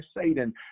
Satan